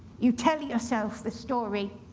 you tell yourself the story.